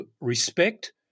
Respect